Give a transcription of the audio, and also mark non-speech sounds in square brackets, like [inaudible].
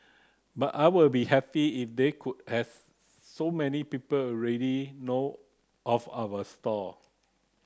but I would be [unintelligible] if they could [unintelligible] so many people already know of our stall